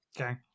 okay